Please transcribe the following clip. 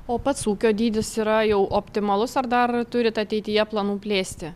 o pats ūkio dydis yra jau optimalus ar dar turit ateityje planų plėsti